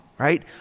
Right